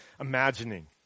imagining